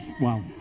Wow